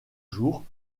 jours